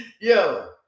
Yo